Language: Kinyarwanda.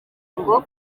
ngo